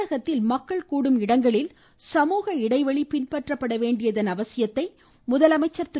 தமிழகத்தில் மக்கள் கூடும் இடங்களில் சமூக இடைவெளி பின்பற்றப்பட வேண்டியதன் அவசியத்தை முதலமைச்சர் திரு